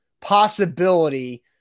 possibility